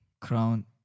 crown